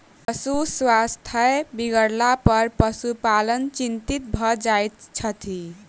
पशुक स्वास्थ्य बिगड़लापर पशुपालक चिंतित भ जाइत छथि